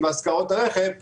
התשל"ה 1975‏,